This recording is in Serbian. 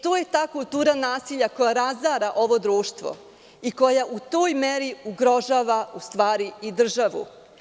To je ta kultura nasilja koja razara ovo društvo i koja u toj meri ugrožava u stvari i državu.